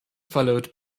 followed